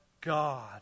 God